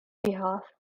behalf